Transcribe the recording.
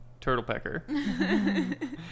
Turtlepecker